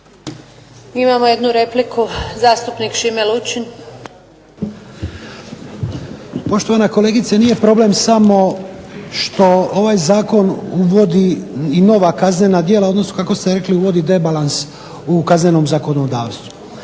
Imamo jednu repliku, zastupnik Šime Lučin. **Lučin, Šime (SDP)** Poštovana kolegice nije problem samo što ova zakon uvodi i nova kaznena djela, odnosno kako ste rekli uvodi debalans u kaznenom zakonodavstvu.